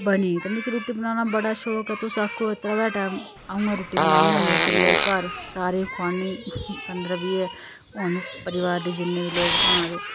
बनी ते मिकी रुट्टी बनाना बड़ा शौक ऐ तुस आक्खो त्रैवै टैम आ'ऊं ऐ रुट्टी बनानी होन्नी इसलै बी घर सारें खोआनी पंदरां बीह् हून परिवार दे जिन्ने बी लोक भामें ते